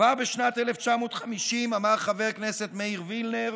כבר בשנת 1950 אמר חבר הכנסת מאיר וילנר